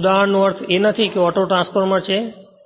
એક ઉદાહરણનો અર્થ એ નથી કે ઓટોટ્રાન્સફોર્મરછે